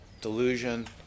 delusion